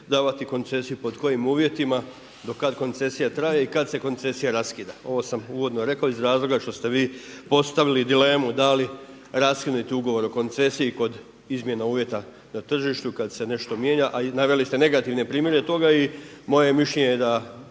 davati koncesiju i pod kojim uvjetima, do kada koncesija traje i kada se koncesija raskida. Ovo sam uvodno rekao iz razloga što ste vi postavili dilemu, da li raskinuti ugovor o koncesiji kod izmjena uvjeta na tržištu kada se nešto mijenja, a naveli ste negativne primjere toga i moje je mišljenje da